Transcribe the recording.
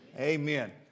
Amen